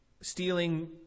stealing